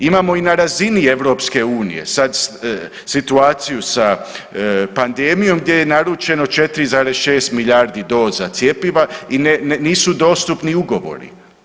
Imamo i na razini EU, sad situaciju sa pandemijom, gdje je naručeno 4,6 milijardi doza cjepiva, i nisu dostupni ugovori.